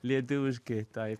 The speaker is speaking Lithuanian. lietuviškai taip